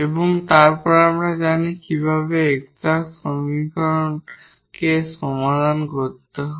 এবং তারপর আমরা জানি কিভাবে এক্সাট ডিফারেনশিয়াল সমীকরণ সমাধান করতে হয়